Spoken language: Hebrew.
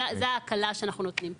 זוהי ההקלה שאנחנו נותנים פה.